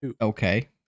okay